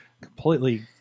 completely